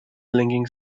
linking